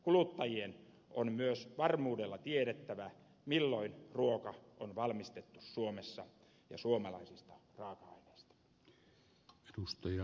kuluttajien on myös varmuudella tiedettävä milloin ruoka on valmistettu suomessa ja suomalaisista raaka aineista